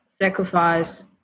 sacrifice